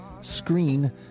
Screen